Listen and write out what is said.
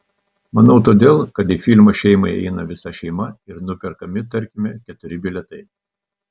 manau todėl kad į filmą šeimai eina visa šeima ir nuperkami tarkime keturi bilietai